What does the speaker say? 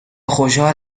خوشحال